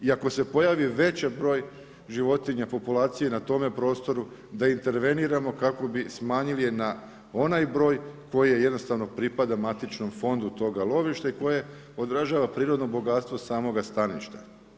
I ako se pojavi veći broj životinja, populacije na tome prostoru, da interveniramo kako bi je smanjili na onaj broj koji jednostavno pripada matičnom fondu toga lovišta i koje odražava prirodno bogatstvo samoga staništa.